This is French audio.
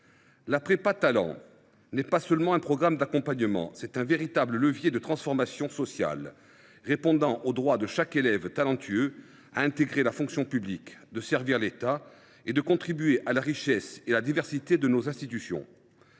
La prépa Talents n’est pas seulement un programme d’accompagnement, c’est un véritable levier de transformation sociale répondant au droit de chaque élève talentueux d’intégrer la fonction publique, de servir l’État et de contribuer à la richesse et à la diversité de nos institutions.